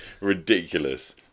ridiculous